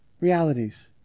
Realities